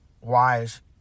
wise